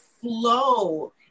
flow